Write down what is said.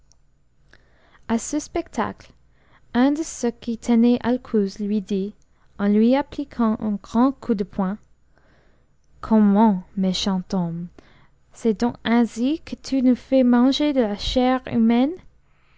a ce spectacle un de ceux qui tenaient alcouz lui dit en lui appliquant un grand coup de poing comment méchant homme c'est donc ainsi que tu nous fais manger de la chair humaine